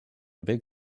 big